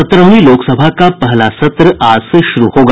सत्रहवीं लोकसभा का पहला सत्र आज से शुरू होगा